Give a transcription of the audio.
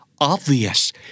obvious